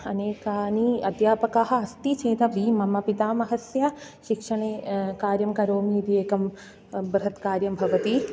अनेकानि अध्यापकाः अस्ति चेदपि मम पितामहस्य शिक्षणे कार्यं करोमि इति एकं बृहत् कार्यं भवति